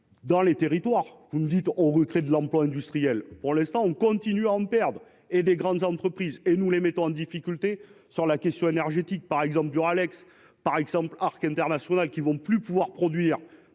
dans les territoires, vous nous dites, on veut créer de l'emploi industriel pour l'instant, on continue à en perdre et des grandes entreprises et nous les mettons en difficulté sur la question énergétique par exemple Duralex par exemple l'Arc International qui vont plus pouvoir produire